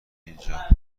اینجا